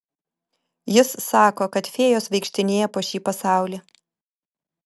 jis sako kad fėjos vaikštinėja po šį pasaulį